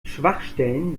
schwachstellen